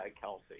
Kelsey